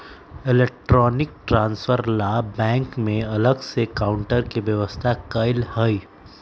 electronic transfer ला bank में अलग से काउंटर के व्यवस्था कएल हई